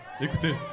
Écoutez